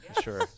Sure